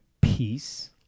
peace